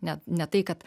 net ne tai kad